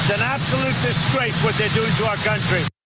an absolute disgrace what they're doing to our country.